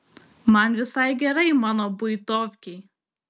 man visai gerai mano buitovkėj